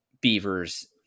Beavers